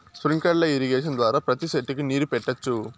sprinkler irrigation ద్వారా ప్రతి సెట్టుకు నీరు పెట్టొచ్చు